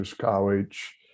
college